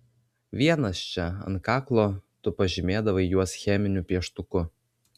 vienas čia ant kaklo tu pažymėdavai juos cheminiu pieštuku